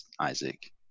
Isaac